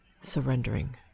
surrendering